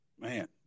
Man